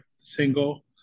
single